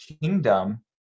kingdom